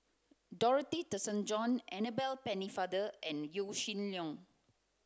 Dorothy Tessensohn Annabel Pennefather and Yaw Shin Leong